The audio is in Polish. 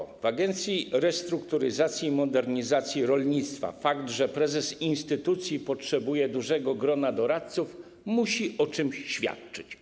Jeśli chodzi o Agencję Restrukturyzacji i Modernizacji Rolnictwa, fakt, że prezes instytucji potrzebuje dużego grona doradców, musi o czymś świadczyć.